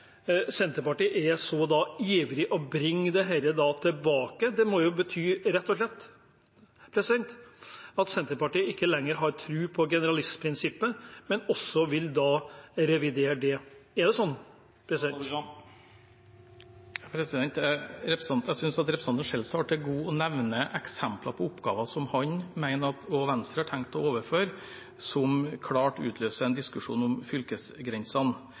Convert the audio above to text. Senterpartiet er så ivrig og bringer dette tilbake. Det må rett og slett bety at Senterpartiet ikke lenger har tro på generalistprinsippet og vil revidere det. Er det slik? Jeg synes representanten Skjelstad har til gode å nevne eksempler på oppgaver som han og Venstre har tenkt å overføre, og som klart utløser en diskusjon om fylkesgrensene.